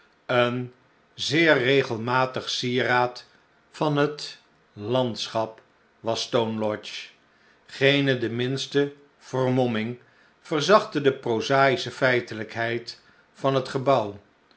een zeer regelmatig sieraad van hetlandschap was stone lodge geene deminste vermomming verzachtte de prozaische feitelijkheid van hetgebouw